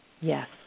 Yes